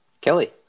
Kelly